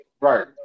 Right